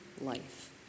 life